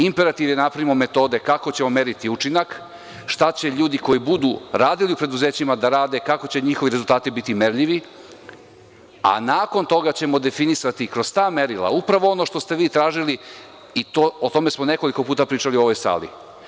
Imperativ je da napravimo metode kako ćemo meriti učinak, šta će ljudi koji budu radili u preduzećima da rade, kako će njihovi rezultati biti merljivi, a nakon toga ćemo definisati kroz ta merila upravo ono što ste vi tražili i o tome smo nekoliko puta pričali u ovoj sali.